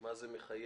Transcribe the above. מה זה מחייב.